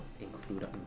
include